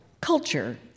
culture